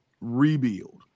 rebuild